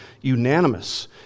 unanimous